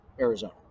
Arizona